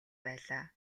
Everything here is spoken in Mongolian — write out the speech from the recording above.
байлаа